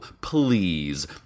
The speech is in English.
please